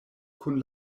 kun